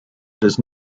does